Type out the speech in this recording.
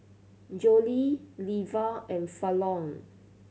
Joelle Leva and Fallon